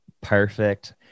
Perfect